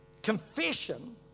Confession